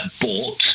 bought